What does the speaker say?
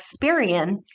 Experian